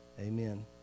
Amen